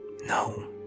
No